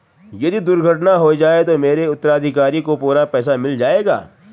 यदि दुर्घटना हो जाये तो मेरे उत्तराधिकारी को पूरा पैसा मिल जाएगा?